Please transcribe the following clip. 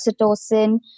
oxytocin